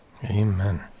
Amen